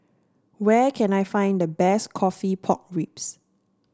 where can I find the best coffee Pork Ribs